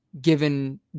given